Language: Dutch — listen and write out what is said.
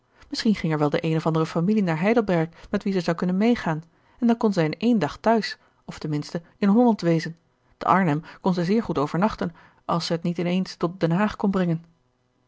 misschien ging er wel de eene of andere familie naar heidelberg met wie zij zou kunnen meegaan en dan kon zij in één dag thuis of ten minste in holland wezen te arnhem kon zij zeer goed overnachten als zij t niet in eens tot den haag kon brengen